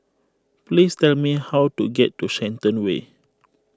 please tell me how to get to Shenton Way